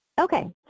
Okay